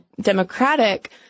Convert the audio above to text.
Democratic